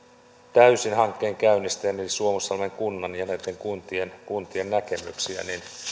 täysin hankkeen käynnistäjän eli suomussalmen kunnan ja näiden kuntien kuntien näkemyksiä